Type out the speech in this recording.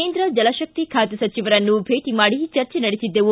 ಕೇಂದ್ರ ಜಲ ಶಕ್ತಿ ಖಾತೆ ಸಚಿವರನ್ನು ಭೇಟ ಮಾಡಿ ಚರ್ಚೆ ನಡೆಸಿದ್ದವು